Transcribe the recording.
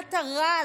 מכונת הרעל,